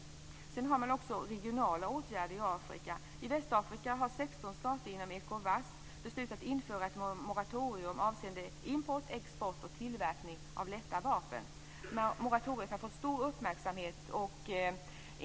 Man har också vidtagit regionala åtgärder i Afrika. I Västafrika har 16 stater inom Ecowas beslutat införa ett moratorium avseende import, export och tillverkning av lätta vapen. Moratoriet har fått stor uppmärksamhet.